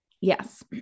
Yes